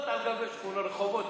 שכונות על גבי שכונות, רחובות,